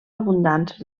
abundants